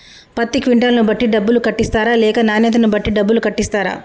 పత్తి క్వింటాల్ ను బట్టి డబ్బులు కట్టిస్తరా లేక నాణ్యతను బట్టి డబ్బులు కట్టిస్తారా?